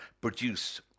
produce